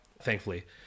thankfully